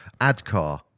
ADCAR